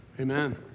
Amen